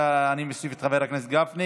17, אחרי שאני מוסיף את חבר הכנסת גפני.